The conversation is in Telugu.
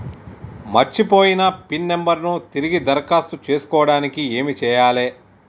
మర్చిపోయిన పిన్ నంబర్ ను తిరిగి దరఖాస్తు చేసుకోవడానికి ఏమి చేయాలే?